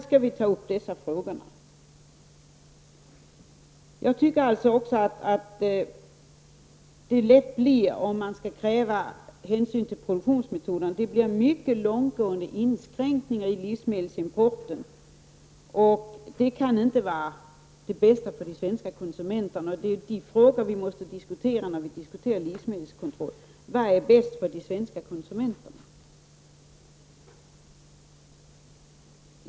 Krävs det hänsyn till produktionsmetoden, blir det mycket långtgående inskränkningar i livsmedelsimporten, vilket inte kan vara det bästa för de svenska konsumenterna. När vi diskuterar livsmedelskontroll måste vi fråga oss vad som är bäst för de svenska konsumenterna.